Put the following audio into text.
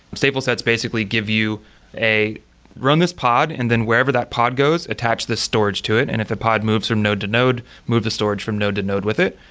stateeful sets basically give you a run this pod and then wherever that pod goes, attach this storage to it. and if the pod moves from node to node, move the storage from node to node with it.